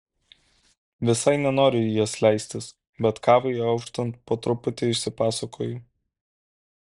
visai nenoriu į jas leistis bet kavai auštant po truputį išsipasakoju